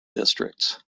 districts